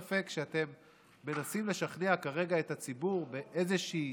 אין ספק שאתם מנסים לשכנע כרגע את הציבור באיזושהי